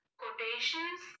quotations